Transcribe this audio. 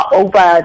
over